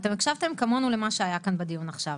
אתם הקשבתם כמונו למה שהיה כאן בדיון עכשיו,